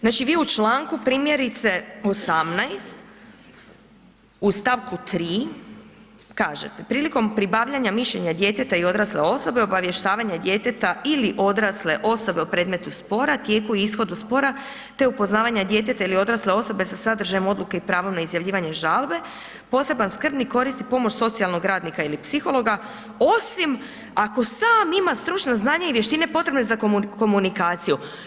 Znači vi u čl. primjerice 18. u stavku 3. kažete, prilikom pribavljanja mišljenja djeteta i odrasle osobe, obavještavanje djeteta ili odrasle osobe o predmetu spora, o tijeku i ishodu spora te upoznavanje djeteta ili dorasle osobe sa sadržajem odluke i pravovremeno izjavljivanje žalbe, poseban skrbnik koristi pomoć socijalnog radnika ili psihologa osim ako sam ima stručno znanje i vještine potrebne za komunikaciju.